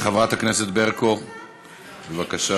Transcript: חברת הכנסת ברקו, בבקשה.